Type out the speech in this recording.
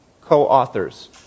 co-authors